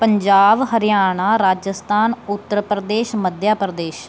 Punjab Haryana Rajasthan Uttar Pradesh Madhya Pradesh